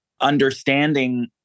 Understanding